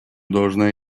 должна